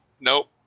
Nope